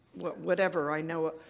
whatever. i know.